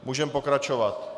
Můžeme pokračovat.